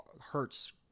hurts